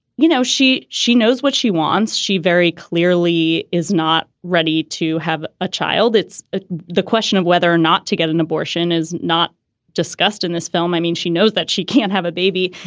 you know, she she knows what she wants. she very clearly is not ready to have a child. it's the question of whether or not to get an abortion is not discussed in this film. i mean, she knows that she can't have a baby.